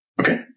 Okay